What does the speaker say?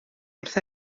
wrth